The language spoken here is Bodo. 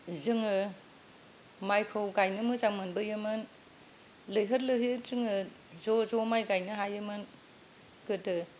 जोङो माइखौ गायनो मोजां मोनबोयोमोन लैहोर लैहोर जोङो ज' ज' माइ गायनो हायोमोन गोदो